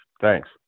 Thanks